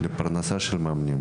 אחר כך, לפרנסה שלהם.